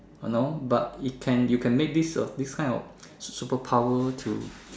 no but it can you can make this this kind of superpower to